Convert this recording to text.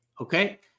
okay